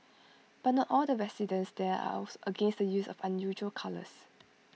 but not all the residents there are against the use of unusual colours